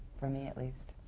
for me at least.